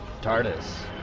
TARDIS